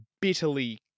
bitterly